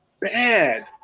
bad